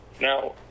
Now